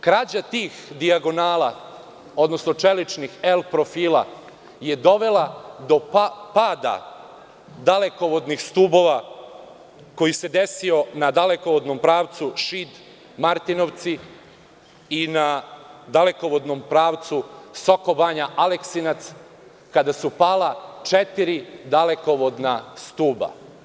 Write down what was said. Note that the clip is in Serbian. Krađa tih dijagonala, odnosno čeličnih L profila je dovela do pada dalekovodnih stubova koji se desio na dalekovodnom pravcu Šid – Martinovci i na dalekovodnom pravcu Sokobanja – Aleksinac, kada su pala četiri dalekovodna stuba.